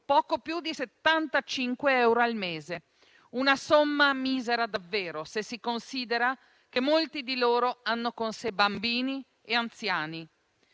poco più di 75 euro al mese, una somma davvero misera se si considera che molti di loro hanno con sé bambini e anziani.